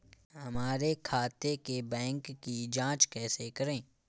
हमारे खाते के बैंक की जाँच कैसे करें?